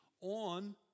on